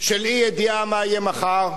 של אי-ידיעה מה יהיה מחר.